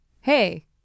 hey